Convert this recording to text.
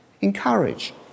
Encourage